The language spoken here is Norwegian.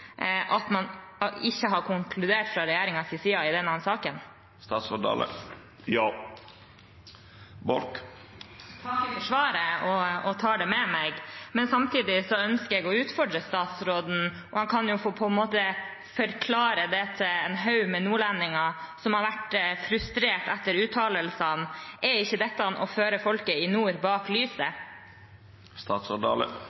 at man ikke har konkludert fra regjeringens side i denne saken? Ja. Jeg takker for svaret og tar det med meg. Samtidig ønsker jeg å utfordre statsråden, om han kan forklare til en haug med nordlendinger som har vært frustrert etter uttalelsene: Er ikke dette å føre folket i nord bak